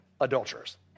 Adulterers